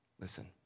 Listen